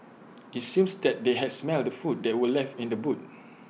IT seems that they had smelt the food that were left in the boot